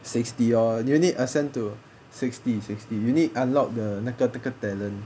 sixty lor you need ascend to sixty sixty you need unlock the 那个那个 talent